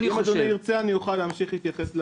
אם אדוני ירצה אני אוכל להמשיך להתייחס לדברים.